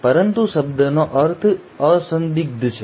પરંતુ શબ્દનો અર્થ અસંદિગ્ધ છે